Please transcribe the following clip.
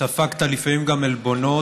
ספגת לפעמים גם עלבונות,